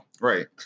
Right